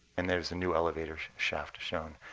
and there's a new elevator shaft shown,